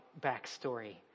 backstory